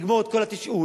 לגמור את כל התשאול,